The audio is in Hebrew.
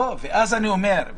לא, ואז אני אומר: